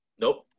Nope